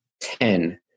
ten